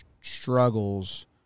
struggles